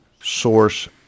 source